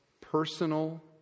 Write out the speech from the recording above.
personal